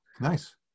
Nice